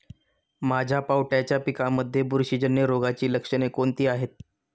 माझ्या पावट्याच्या पिकांमध्ये बुरशीजन्य रोगाची लक्षणे कोणती आहेत?